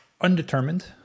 undetermined